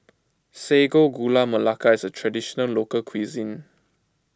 Sago Gula Melaka is a Traditional Local Cuisine